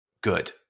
good